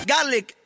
Garlic